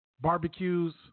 Barbecues